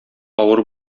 авыр